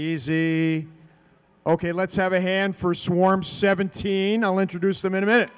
easy ok let's have a hand first warm seventeen i'll introduce them in a minute